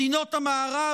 מדינות המערב